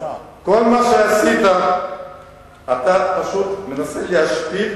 אתה פשוט מנסה להשפיל